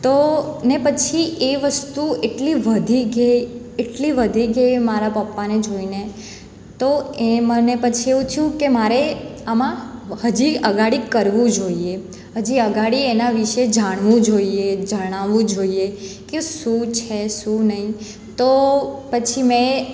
તો ને પછી એ વસ્તુ એટલી વધી કે એટલી વધી કે મારા પપ્પાને જોઈને તો એ મને પછી એવું થયું કે મારે આમાં હજી આગળ કરવું જોઈએ હજી આગળ એના વિશે જાણવું જોઈએ જણાવવું જોઈએ કે શું છે શું નહીં તો પછી મેં